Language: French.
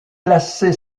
classée